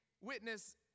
witness